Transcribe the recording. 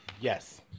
yes